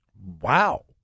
Wow